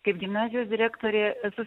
kaip gimnazijos direktorė esu